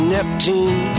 Neptune